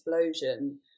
explosion